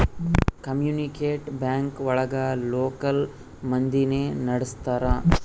community bank ಒಳಗ local ಮಂದಿನೆ ನಡ್ಸ್ತರ